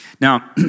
Now